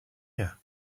here